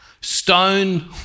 stone